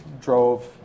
drove